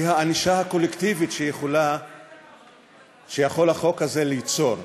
היא הענישה הקולקטיבית שיכול החוק הזה ליצור.